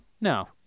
No